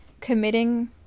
committing